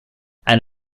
and